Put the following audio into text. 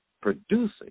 producing